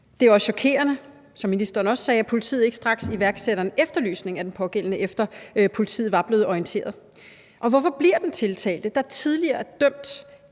er også chokerende, som ministeren også sagde, at politiet ikke straks iværksatte en efterlysning af den pågældende, efter at politiet var blevet orienteret. Og hvorfor blev den tiltalte, der tidligere er dømt